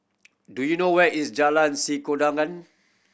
do you know where is Jalan Sikudangan